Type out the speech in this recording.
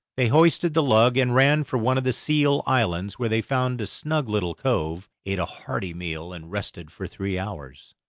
they hoisted the lug and ran for one of the seal islands, where they found a snug little cove, ate a hearty meal, and rested for three hours.